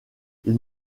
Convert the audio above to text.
ils